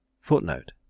Footnote